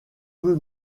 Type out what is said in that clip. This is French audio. peu